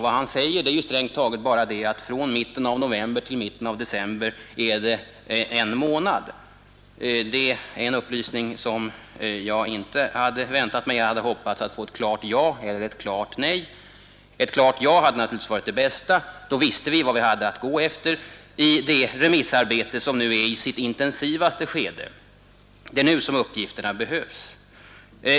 Vad han säger är alltså strängt taget bara att det från mitten av november till mitten av december är en månad. Det var inte den upplysningen jag hade väntat mig. Jag hade hoppats att få ett klart ja eller ett klart nej — ett klart ja hade naturligtvis varit det bästa. Då hade vi vetat vad vi har att gå efter i det remissarbete som nu befinner sig i sitt mest intensiva skede — det är nu uppgifterna behövs.